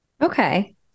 Okay